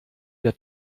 der